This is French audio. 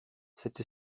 cette